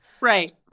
Right